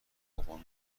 بابام